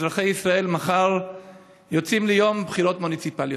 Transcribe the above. אזרחי ישראל יוצאים מחר ליום בחירות מוניציפליות.